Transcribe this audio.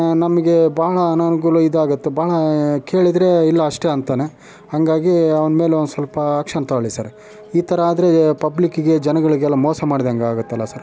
ನಮಗೆ ಭಾಳ ಅನನ್ಕೂಲ ಇದಾಗತ್ತೆ ಭಾಳ ಕೇಳಿದ್ರೆ ಇಲ್ಲ ಅಷ್ಟೇ ಅಂತಾನೇ ಹಂಗಾಗಿ ಅವ್ನ ಮೇಲೆ ಒಂದುಸ್ವಲ್ಪ ಆ್ಯಕ್ಷನ್ ತೊಗೋಳಿ ಸರ್ ಈ ಥರ ಆದರೆ ಪಬ್ಲಿಕ್ಕಿಗೆ ಜನಗಳಿಗೆಲ್ಲ ಮೋಸ ಮಾಡಿದಂಗಾಗತ್ತಲ್ಲ ಸರ್